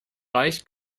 reicht